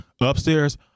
Upstairs